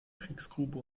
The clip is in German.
kiesgrube